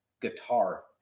Guitar